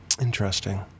Interesting